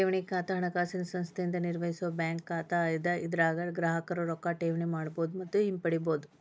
ಠೇವಣಿ ಖಾತಾ ಹಣಕಾಸಿನ ಸಂಸ್ಥೆಯಿಂದ ನಿರ್ವಹಿಸೋ ಬ್ಯಾಂಕ್ ಖಾತಾ ಅದ ಇದರಾಗ ಗ್ರಾಹಕರು ರೊಕ್ಕಾ ಠೇವಣಿ ಮಾಡಬಹುದು ಮತ್ತ ಹಿಂಪಡಿಬಹುದು